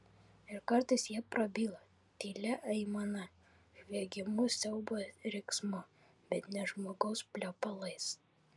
ir kartais jie prabyla tylia aimana žviegimu siaubo riksmu bet ne žmogaus plepalais